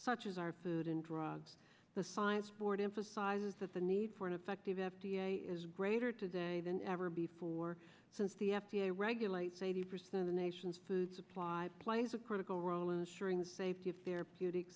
such as our food and drugs the science board emphasizes that the need for an effective f d a is greater today than ever before since the f d a regulates eighty percent a nation's food supply plays a critical role in ensuring the safety of therapeutic